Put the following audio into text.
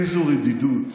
איזו רדידות.